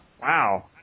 Wow